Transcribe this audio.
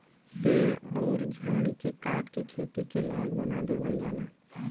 पेड़ अउर झाड़ी के काट के खेती लायक बना देवल जाला